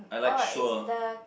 oh is the